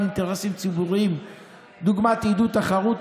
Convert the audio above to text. אינטרסים ציבוריים דוגמת עידוד תחרות,